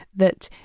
that